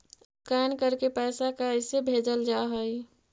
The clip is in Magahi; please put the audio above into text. स्कैन करके पैसा कैसे भेजल जा हइ?